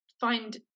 find